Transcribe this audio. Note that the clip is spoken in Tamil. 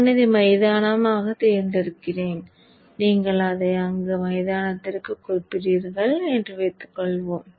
நான் இதை மைதானமாகத் தேர்ந்தெடுத்தேன் நீங்கள் அதை அந்த மைதானத்திற்குக் குறிப்பிடுகிறீர்கள் என்று வைத்துக்கொள்வோம்